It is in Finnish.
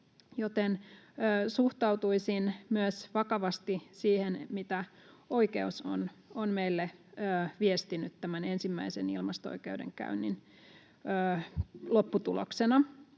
suhtautuisin myös vakavasti siihen, mitä oikeus on meille viestinyt tämän ensimmäisen ilmasto-oikeudenkäynnin lopputuloksena.